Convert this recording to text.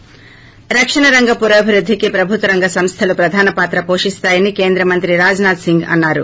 ి రక్షణ రంగ పురోభివృద్దికి ప్రభుత్వ రంగ సంస్థలు ప్రధాన పాత్ర పోషిస్తాయని కేంద్ర మంత్రి రాజనాథ్ సింగ్ అన్నారు